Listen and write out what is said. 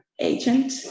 agent